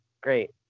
great